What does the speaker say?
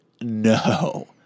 No